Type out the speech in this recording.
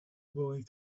boy